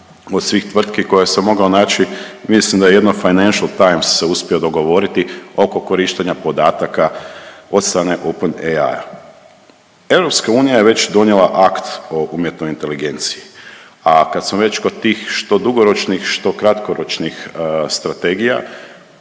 Od svih tvrtki koje sam mogao naći mislim da jedino Financial Times se uspio dogovoriti oko korištenja podataka od strane Open AI-a. EU je već donijela Akt o umjetnoj inteligenciji, a kad smo već kod tih što dugoročnih, što kratkoročnih strategija